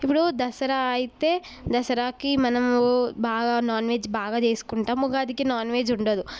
ఇప్పుడు దసరా అయితే దసరాకి మనము బాగా నాన్ వెజ్ బాగా చేసుకుంటాము ఉగాదికి నాన్ వెజ్ ఉండదు